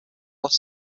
lost